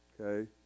Okay